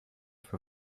für